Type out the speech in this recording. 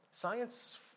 Science